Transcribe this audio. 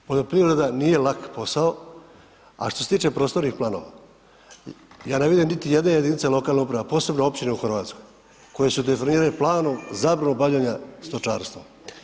Poljoprivreda nije lak posao, a što se tiče prostornih planova, ja ne vidim niti jedne jedinice lokalne uprave, a posebno općine u Hrvatskoj koje su definirali planom zabranu obavljanja stočarstva.